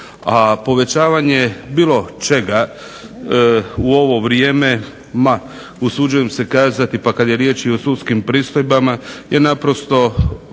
A povećavanje bilo čega u ovo vrijeme, usuđujem se kazati pa kad je riječ i o sudskim pristojbama, je naprosto